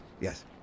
yes